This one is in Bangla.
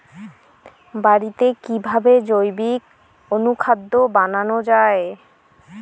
বাড়িতে কিভাবে জৈবিক অনুখাদ্য বানানো যায়?